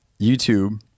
YouTube